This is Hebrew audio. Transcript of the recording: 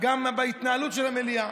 גם בהתנהלות של המליאה.